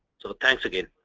so thanks again.